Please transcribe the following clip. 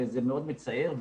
וזה מאוד מצער.